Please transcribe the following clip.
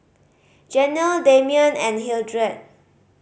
Janell Damion and Hildred